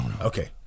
Okay